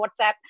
WhatsApp